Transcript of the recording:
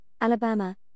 Alabama